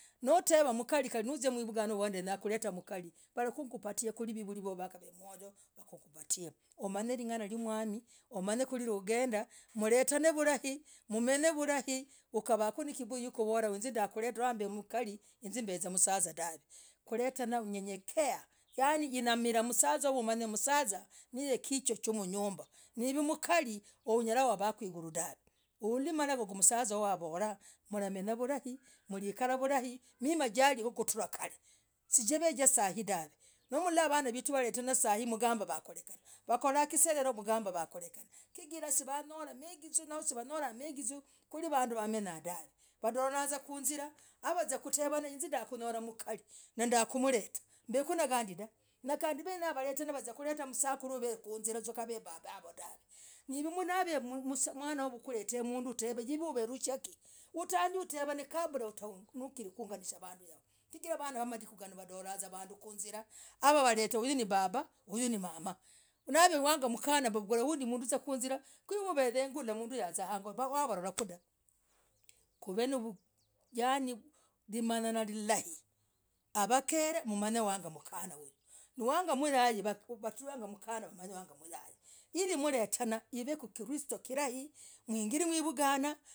Nooh. wenyakuletah, mkarii, kandi nauziyah, mvunganah uvol nenyakuletah mkarii waripatia kwiri vivurii vovoo kavemoyoo wakupatia umanyelingana ya mwamii umanyekuliugendah mletena vulai mmenyevulaii ukavaku nakiburi yakuvolah hinzii ndakusetah mletena vulai mmenyevulaii ukavaku nakiburi yakuvolah hinzii ndakusetah mkarii hinz mbeza msaza dahv kuletanah naunyenyekeah wakwinamiriaahh umanye msazah ne kichwa yamnyumbah niv mkali unyalah kuvaku higuluu dahv ulimalogoo kwa msaza wovoo gavolah mlamenyah vulai kwikara vulai mimaah jalikutra kar jivezasai dahv. nooo. lolahvanaa vetu wahirana sai mgambah wakurekana chigirah sinyolah megizoo kwiri vanduu wamenya dahv wadolana kuizirah naziakuvena inz ndakunyolah mkarii ndamretah. mbeku navandii dah! Nakandii wenyena wetane navazia kureta sakuruu vekuzira vuzaa kav babah avooo dahv nivenavemwana hukulete ujakutevaa nivechaki! Ujagii kutevaa kabla ujag kung'anisha vanduu yavoo chigirah vanaa wamadiku nganooh wadolana vanduu kuizirah amah. walete huyu ni babah, huyu ni mamah navewangamkanah anyolah mduu undii kuizirah, ku. nauveegoo ulolah mnduu azaa hangoo mbo molomakudah kuv yani kumanyanaa niliai wavakele mmanyane n wagamkana hyuu wanga moyai wamanyane hili mletena hiveeku kristo vulai mwingire mwivugana.